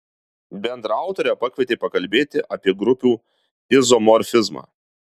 bendraautorę pakvietė pakalbėti apie grupių izomorfizmą